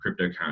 cryptocurrency